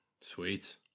Sweet